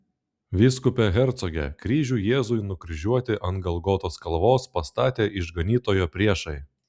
vyskupe hercoge kryžių jėzui nukryžiuoti ant golgotos kalvos pastatė išganytojo priešai